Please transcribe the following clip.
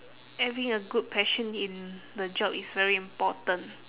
having a good passion in the job is very important